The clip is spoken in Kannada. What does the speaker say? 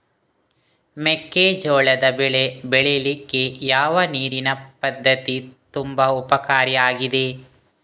ಮೆಕ್ಕೆಜೋಳದ ಬೆಳೆ ಬೆಳೀಲಿಕ್ಕೆ ಯಾವ ನೀರಿನ ಪದ್ಧತಿ ತುಂಬಾ ಉಪಕಾರಿ ಆಗಿದೆ?